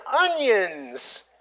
onions